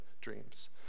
dreams